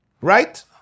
Right